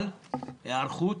על היערכות,